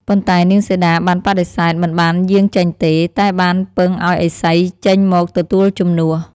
ប៉ុន្តែនាងសីតាបានបដិសេធ មិនបានយាងចេញទេ តែបានពឹងឱ្យឥសីចេញមកទទួលជំនួស។